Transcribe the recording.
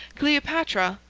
cleopatra,